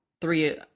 three